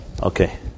Okay